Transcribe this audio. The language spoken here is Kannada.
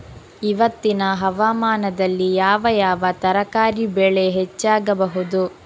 ಇವತ್ತಿನ ಹವಾಮಾನದಲ್ಲಿ ಯಾವ ಯಾವ ತರಕಾರಿ ಬೆಳೆ ಹೆಚ್ಚಾಗಬಹುದು?